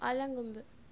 Alangombu